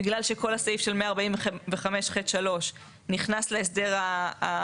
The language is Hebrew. בגלל שכל הסעיף של 145(ח)(3) נכנס להסדר המיוחד